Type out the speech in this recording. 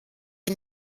est